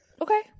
Okay